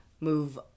move